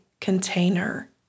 container